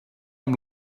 amb